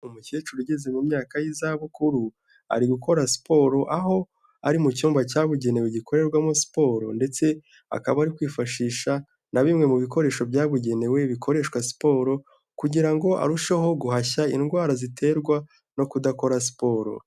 Umukecuru ugeze mu myaka y'izabukuru ari gukora siporo, aho ari mu cyumba cyabugenewe gikorerwamo siporo ndetse akaba ari kwifashisha na bimwe mu bikoresho byabugenewe bikoreshwa siporo kugira ngo arusheho guhashya indwara ziterwa no kudakora siporo.